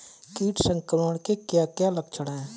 कीट संक्रमण के क्या क्या लक्षण हैं?